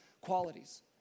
qualities